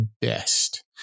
best